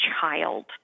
child